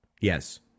Yes